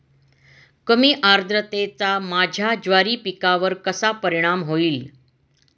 कमी आर्द्रतेचा माझ्या ज्वारी पिकावर कसा परिणाम होईल?